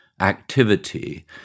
activity